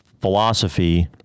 philosophy